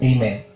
Amen